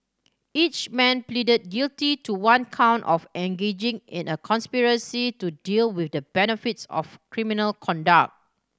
each man pleaded guilty to one count of engaging in a conspiracy to deal with the benefits of criminal conduct